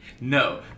no